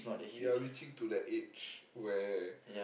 we are reaching to the age where